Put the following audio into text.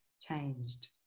changed